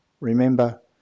Remember